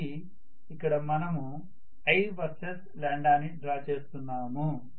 కాబట్టి ఇక్కడ మనము i వర్సెస్ ని డ్రా చేస్తున్నాము